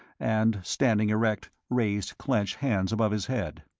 and, standing erect, raised clenched hands above his head.